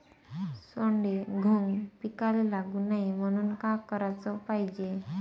सोंडे, घुंग पिकाले लागू नये म्हनून का कराच पायजे?